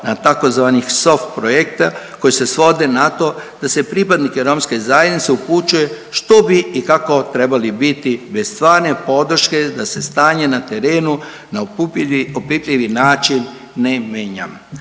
na tzv. soft projekt koji se svode na to da se pripadnike romske zajednice upućuje što bi i kako trebali biti bez stvarne podrške da se stanje na terenu na opipljivi način ne mijenja.